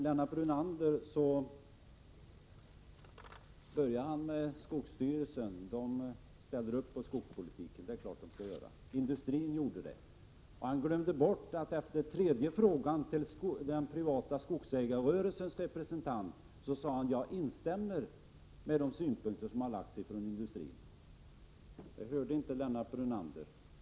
Lennart Brunander säger att skogsvårdsstyrelsen ställer upp på skogspolitiken. Det är klart att den skall göra det. Industrin ställde också upp. Han glömde bort att den privata skogsägarrörelsens representant efter tredje frågan sade: Jag instämmer i de synpunkter som lagts fram av industrins företrädare. Det hörde inte Lennart Brunander.